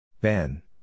Ben